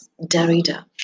Derrida